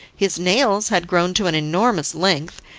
his nails had grown to an enormous length,